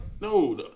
no